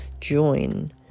join